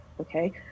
Okay